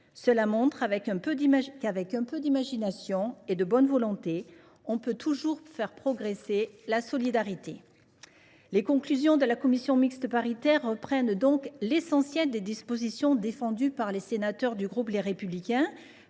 montre qu’avec un peu d’imagination et de bonne volonté on peut toujours faire progresser la solidarité. Les conclusions de la commission mixte paritaire reprennent l’essentiel des dispositions défendues par les sénateurs du groupe Les Républicains,